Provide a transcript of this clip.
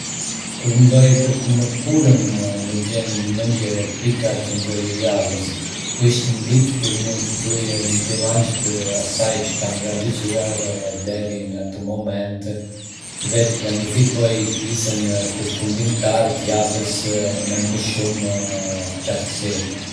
Kur mendoj për të mërkurën, më vjen në mendje pika qendrore e javës. Është një ditë kur mund të bëj një bilanc të asaj që kam realizuar deri në atë moment dhe të planifikoj pjesën përfundimtare të javës me më shumë qartësi.